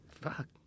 Fuck